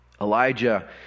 Elijah